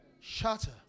shatter